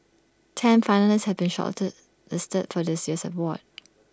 ten finalists have been short listed for this year's award